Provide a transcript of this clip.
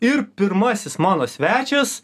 ir pirmasis mano svečias